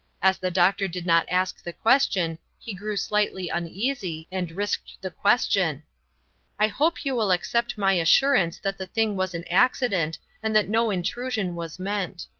as the doctor did not ask the question, he grew slightly uneasy, and risked the question i hope you will accept my assurance that the thing was an accident and that no intrusion was meant.